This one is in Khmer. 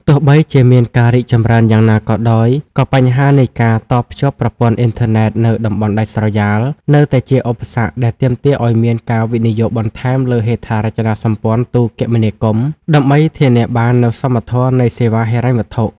ទោះបីជាមានការរីកចម្រើនយ៉ាងណាក៏ដោយ ក៏បញ្ហានៃការតភ្ជាប់ប្រព័ន្ធអ៊ីនធឺណិតនៅតំបន់ដាច់ស្រយាលនៅតែជាឧបសគ្គដែលទាមទារឱ្យមានការវិនិយោគបន្ថែមលើហេដ្ឋារចនាសម្ព័ន្ធទូរគមនាគមន៍ ដើម្បីធានាបាននូវសមធម៌នៃសេវាហិរញ្ញវត្ថុ។